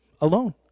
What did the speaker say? alone